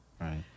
Right